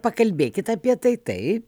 pakalbėkit apie tai taip